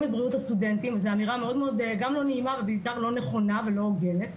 את בריאות הסטודנטים וזה אמירה גם לא נעימה ובעיקר לא נכונה ולא הוגנת.